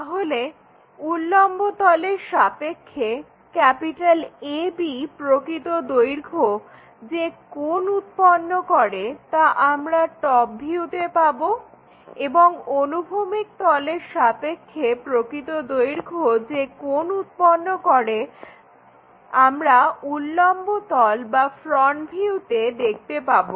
তাহলে উল্লম্বতলের সাপেক্ষে AB প্রকৃত দৈর্ঘ্য যে কোণ উৎপন্ন করে তা আমরা টপ ভিউতে পাবো এবং অনুভূমিক তলের সাপেক্ষে প্রকৃত দৈর্ঘ্য যে কোণ উৎপন্ন করে আমরা উল্লম্ব তল বা ফ্রন্ট ভিউতে দেখতে পাবো